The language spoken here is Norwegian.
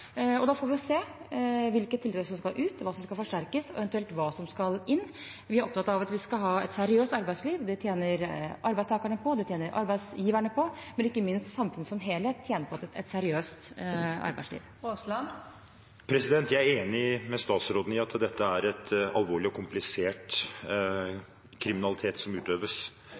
og da får vi se hvilke tiltak som skal ut, hva som skal forsterkes, og hva som eventuelt skal inn. Vi er opptatt av at vi skal ha et seriøst arbeidsliv. Det tjener arbeidstakerne på, det tjener arbeidsgiverne på, men ikke minst tjener samfunnet som helhet på et seriøst arbeidsliv. Jeg er enig med statsråden i at dette er alvorlig og komplisert kriminalitet som utøves.